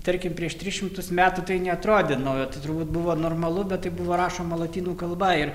tarkim prieš tris šimtus metų tai neatrodė nauja tai turbūt buvo normalu bet tai buvo rašoma lotynų kalba ir